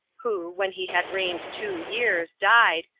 who, when he had reigned two years, died,